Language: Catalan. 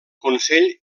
consell